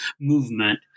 movement